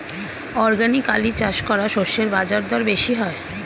organically চাষ করা শস্যের বাজারদর বেশি হয়